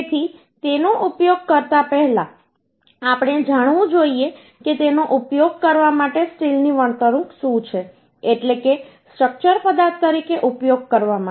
તેથી તેનો ઉપયોગ કરતા પહેલા આપણે જાણવું જોઈએ કે તેનો ઉપયોગ કરવા માટે સ્ટીલની વર્તણૂક શું છે એટલે કે સ્ટ્રક્ચર પદાર્થ તરીકે ઉપયોગ કરવા માટે